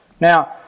Now